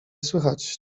słychać